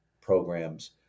programs